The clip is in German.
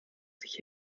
sich